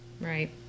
Right